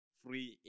free